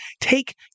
take